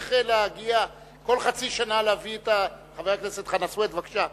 צריך להגיע כל חצי שנה להביא את הנושא הזה?